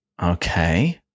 Okay